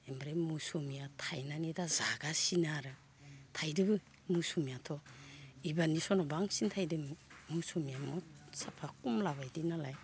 ओमफ्राय मौसुमिया थाइनानै दा जागासिनो आरो थाइदोबो मौसुमियाथ' इबारनि सनाव बांसिन थाइदो मौसुमिया साफा कमला बायदि नालाय